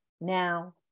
Now